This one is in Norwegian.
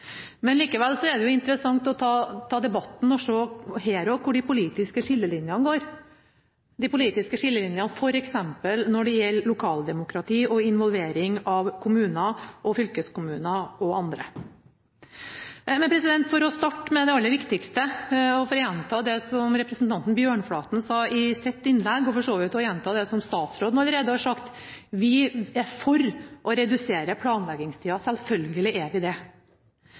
Likevel er det interessant å ta debatten her også og se hvor de politiske skillelinjene går, f.eks. når det gjelder lokaldemokrati og involvering av kommuner, fylkeskommuner og andre. For å starte med det aller viktigste vil jeg gjenta det som representanten Bjørnflaten sa i sitt innlegg, og det som statsråden allerede har sagt: Vi er for å redusere planleggingstida – selvfølgelig er vi det.